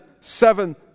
seven